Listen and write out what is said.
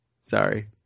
Sorry